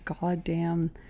goddamn